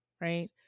right